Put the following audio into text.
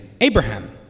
Abraham